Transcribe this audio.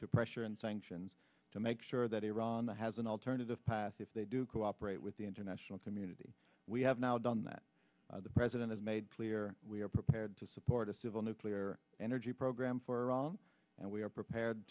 to pressure and sanctions to make sure that iran that has an alternative path if they do cooperate with the international community we have now done that the president has made clear we are prepared to support a civil nuclear energy program for ron and we are prepared